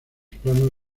planos